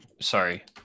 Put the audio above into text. sorry